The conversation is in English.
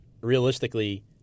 realistically